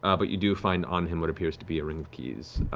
um but you do find on him what appears to be a ring of keys.